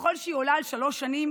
וככל שהיא עולה על שלוש שנים